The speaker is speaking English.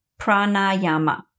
pranayama